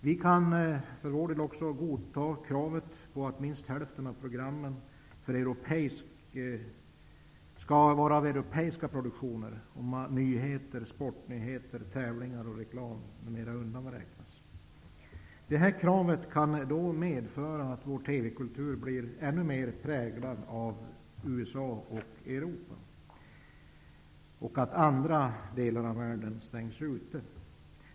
Vi kan för vår del i Vänsterpartiet godta kravet på att minst hälften av programmen skall vara europeiska produktioner, som nyheter, sportnyheter, tävlingar och reklam m.m. Det här kravet kan dock medföra att vår TV-kultur blir ännu mer präglad av USA och Europa och att andra delar av världen stängs ute.